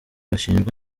ashinjwa